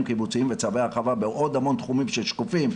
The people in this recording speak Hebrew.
קיבוציים וצווי הרחבה בעוד המון תחומים של שקופים,